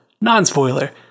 Non-spoiler